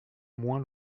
moins